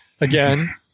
again